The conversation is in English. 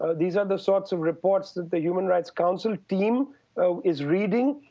these are the sorts of reports that the human rights council team so is reading.